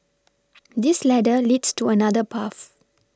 this ladder leads to another path